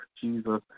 Jesus